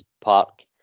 park